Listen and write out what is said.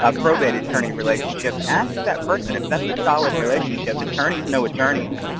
ah probate attorney relationship, ask that person if that's a solid relationship attorneys know attorneys.